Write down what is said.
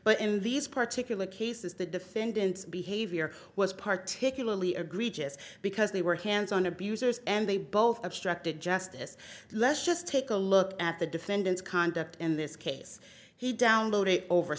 but in these particular cases the defendants behavior was particularly agree just because they were hands on abusers and they both obstructed justice let's just take a look at the defendant's conduct in this case he downloaded over